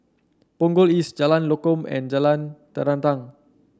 Punggol East Jalan Lokam and Jalan Terentang